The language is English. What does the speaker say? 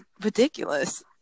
ridiculous